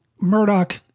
Murdoch